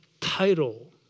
title